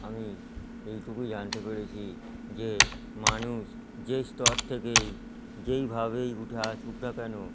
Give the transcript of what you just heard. আমি এইটুকুই জানতে পেরেছি যে মানুষ যে স্তর থেকেই যেইভাবেই উঠে আসুক না কেন